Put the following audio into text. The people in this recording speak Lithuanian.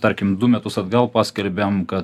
tarkim du metus atgal paskelbėm kad